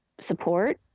support